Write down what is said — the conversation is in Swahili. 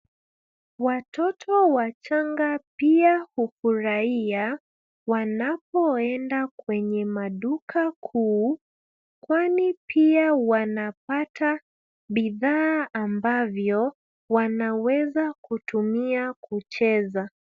Watoto wachanga pia hufurahia wanapoenda kwenye maduka kuu kwani pia wanapata bidhaa ambavyo wanaweza kutumia kucheza.